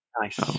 Nice